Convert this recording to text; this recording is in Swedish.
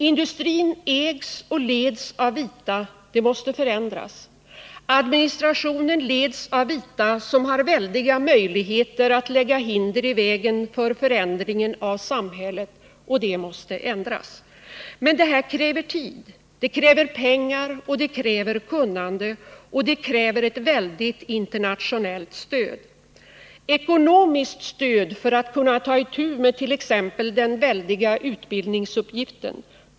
Industrin ägs och leds av vita — det måste förändras. Administrationen leds av vita, som har väldiga möjligheter att lägga hinder i vägen för förändringen av samhället, och det måste ändras. Men detta kräver tid, pengar och kunnande. Och det kräver ett väldigt internationellt stöd, ekonomiskt stöd för att man skall kunna ta itu med t.ex. den väldiga utbildningsuppgiften.